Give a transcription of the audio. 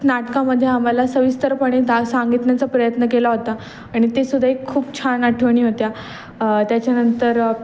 नाटकामध्ये आम्हाला सविस्तरपणे दा सांगण्याचा प्रयत्न केला होता आणि ते सुद्धा एक खूप छान आठवणी होत्या त्याच्यानंतर